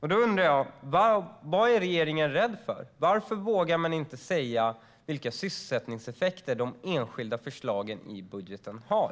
Jag undrar vad regeringen är rädd för. Varför vågar den inte säga vilka sysselsättningseffekter de enskilda förslagen i budgeten har?